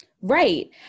Right